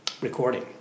recording